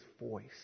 voice